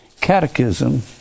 Catechism